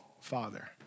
father